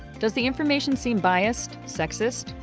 does the information seem biased, sexist,